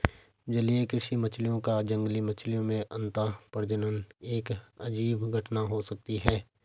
जलीय कृषि मछलियों का जंगली मछलियों में अंतःप्रजनन एक अजीब घटना हो सकती है